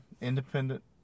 independent